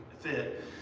fit